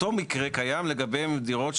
אותו מקרה קיים לגבי דירות שהן,